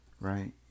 Right